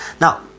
Now